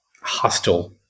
hostile